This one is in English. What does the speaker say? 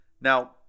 Now